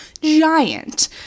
giant